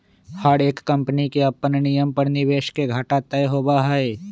हर एक कम्पनी के अपन नियम पर निवेश के घाटा तय होबा हई